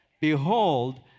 Behold